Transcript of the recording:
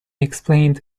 explained